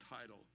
title